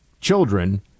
children